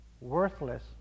worthless